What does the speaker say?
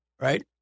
right